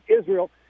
Israel